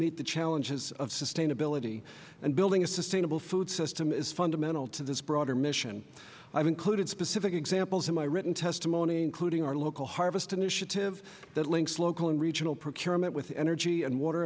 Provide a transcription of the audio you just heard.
meet the challenges of sustainability and building a sustainable food system is fundamental to this broader mission i have included specific examples in my written testimony including our local harvest initiative that links local and regional procurement with energy and water